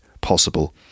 possible